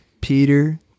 Peter